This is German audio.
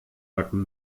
backen